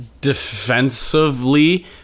defensively